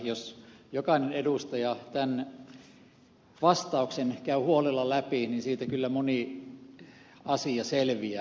jos jokainen edustaja tämän vastauksen käy huolella läpi niin siitä kyllä moni asia selviää